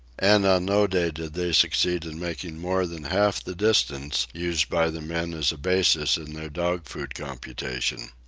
and on no day did they succeed in making more than half the distance used by the men as a basis in their dog-food computation.